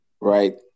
right